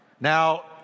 Now